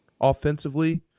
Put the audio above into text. offensively